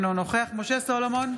אינו נוכח משה סולומון,